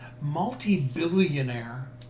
multi-billionaire